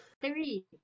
three